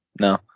No